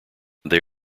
they